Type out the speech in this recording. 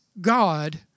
God